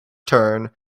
turn